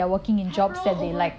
happier overall